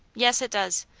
yes, it does.